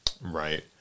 Right